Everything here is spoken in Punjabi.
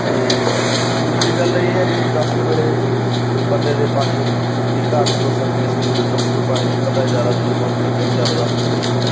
ਅਤੇ ਦੂਸਰੀ ਗੱਲ ਇਹ ਹੈ ਵੀ ਦਸਤ ਵੇਲੇ ਬੰਦੇ ਦੇ ਪਾਣੀ ਦੀ ਘਾਟ ਵੀ ਹੋ ਸਕਦੀ ਹੈ ਸਰੀਰ ਵਿੱਚੋਂ ਕਿਉਂਕਿ ਪਾਣੀ ਨਿਕਲਦਾ ਜ਼ਿਆਦਾ ਲੂਜ਼ ਮੋਸ਼ਨ ਲੱਗੇ ਹੋਣ ਜ਼ਿਆਦਾ ਦਸਤ ਲੱਗੇ ਹੋਣ